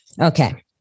Okay